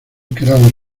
queramos